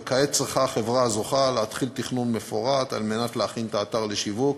וכעת צריכה החברה הזוכה להתחיל תכנון מפורט כדי להכין את האתר לשיווק.